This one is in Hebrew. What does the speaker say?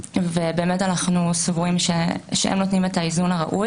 אנחנו סבורים שהם נותנים את האיזון הראוי.